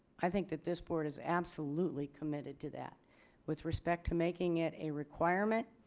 i think that this board is absolutely committed to that with respect to making it a requirement.